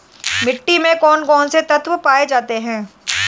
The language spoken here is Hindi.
मिट्टी में कौन कौन से तत्व पाए जाते हैं?